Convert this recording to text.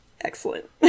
Excellent